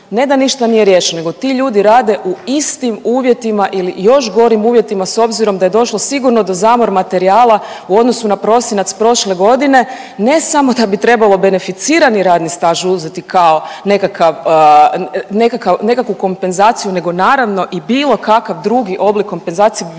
ne da ništa nije riješeno nego ti ljudi rade u istim uvjetima ili još gorim uvjetima s obzirom da je došlo sigurno do zamor materijala u odnosu na prosinac prošle godine ne samo da bi trebalo beneficirani radni staž uzeti kao nekakav kompenzaciju nego naravno i bilo kakav drugi oblik kompenzacije bi bio